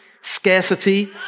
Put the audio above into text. scarcity